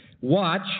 Watch